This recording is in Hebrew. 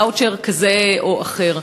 או ואוצ'ר כזה או אחר,